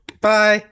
Bye